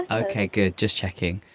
okay good just checking.